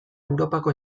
europako